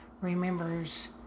remembers